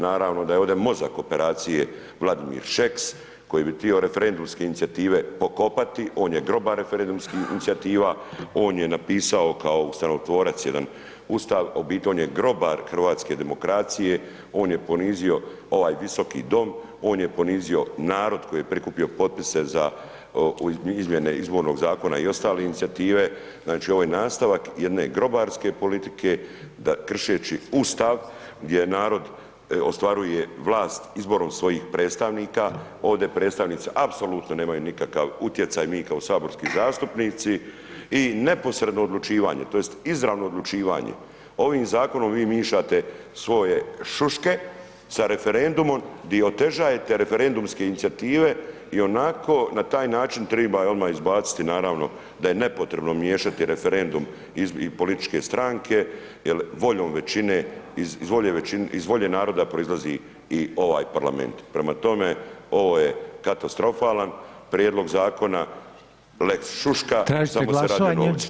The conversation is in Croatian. Naravno da je ovdje mozak operacije Vladimir Šeks, koji bi htio referendumske inicijative pokopati, on je grobar referendumskih inicijativa, on je napisao kao ustavotvorac jedan Ustav, u biti, on je grobar hrvatske demokracije, on je ponizio ovaj visoki dom, on je ponizio narod koji je prikupio potpise za izmjene Izbornog zakona i ostale inicijative, znači ovo je nastavak jedne grobarske politike da kršeći Ustav gdje narod ostvaruje vlast izborom svojih predstavnika, ovdje predstavnici apsolutno nemaju nikakav utjecaj ni kao saborski zastupnici i neposredno odlučivanje, tj. izravno odlučivanje, ovim zakonom mi miješate svoje šuške sa referendumom di otežavate referendumske inicijative i onako na taj način treba odmah izbaciti, naravno, da je nepotrebno miješati referendum i političke stranke, jer voljom većine, iz volje naroda proizlazi i ovaj parlament, prema tome, ovo je katastrofalan prijedlog zakona lex šuška [[Upadica: Tražite glasovanje?]] Samo se radi o novcu.